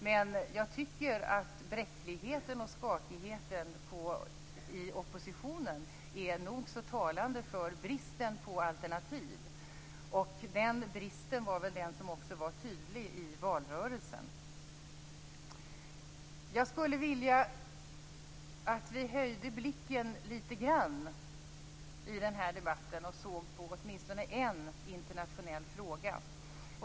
Men jag tycker att bräckligheten och skakigheten i oppositionen är nog så talande när det gäller bristen på alternativ. Den bristen var också tydlig i valrörelsen. Jag skulle vilja att vi höjde blicken litet grand i denna debatt och såg på åtminstone en internationell fråga.